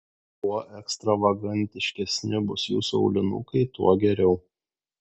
kuo ekstravagantiškesni bus jūsų aulinukai tuo geriau